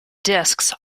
discs